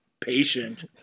patient